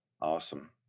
Awesome